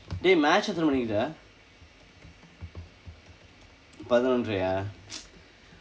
dey match எத்தனை மணிக்கு:eththanai manikku dah பதினொன்றை:pathinonrai ah